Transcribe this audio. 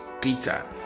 Peter